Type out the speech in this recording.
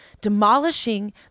demolishing